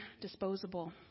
disposable